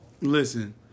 listen